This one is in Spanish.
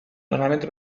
normalmente